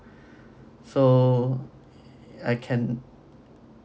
so I can